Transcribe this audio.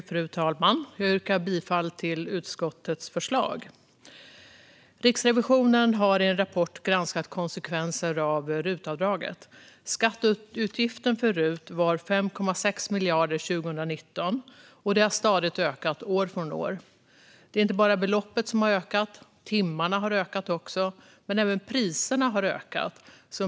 Fru talman! Jag yrkar bifall till utskottets förslag. Riksrevisionen har i en rapport granskat konsekvenser av RUT-avdraget. Skatteutgiften för RUT var 5,6 miljarder 2019 och har stadigt ökat år från år. Det är inte bara beloppet som har ökat, också timmarna har ökat men även priserna.